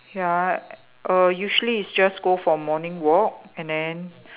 ya err usually is just go for morning walk and then